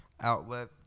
outlet